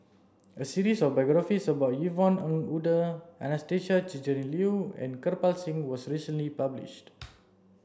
a series of biographies about Yvonne Ng Uhde Anastasia Tjendri Liew and Kirpal Singh was recently published